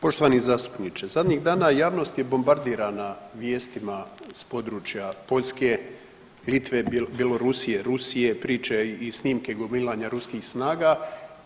Poštovani zastupniče, zadnjih dana javnost je bombardirana vijestima s područja Poljske, Litve, Bjelorusije, Rusije, priče i snimke gomilanja ruskih snaga